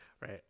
Right